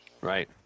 right